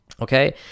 okay